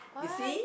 why